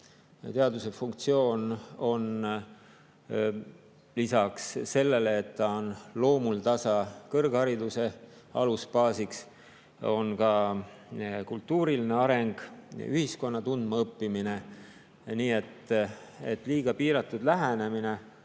Teaduse funktsioon on lisaks sellele, et ta on loomuldasa kõrghariduse alusbaasiks, ka kultuuriline areng ja ühiskonna tundmaõppimine. Nii et liiga piiratud lähenemine